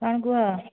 କ'ଣ କୁହ